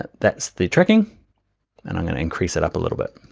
but that's the tracking and i'm gonna increase it up a little bit,